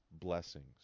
blessings